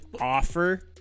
offer